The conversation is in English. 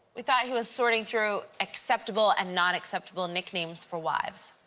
we thought he was sorting through acceptable and not acceptable nicknames for wives.